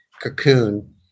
cocoon